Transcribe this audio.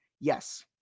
Yes